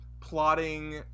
plotting